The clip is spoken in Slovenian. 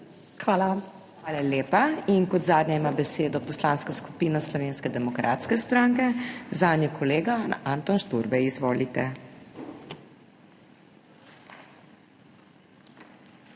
HOT: Hvala lepa. Kot zadnja ima besedo Poslanska skupina Slovenske demokratske stranke, zanjo kolega Tomaž Lisec. Izvolite.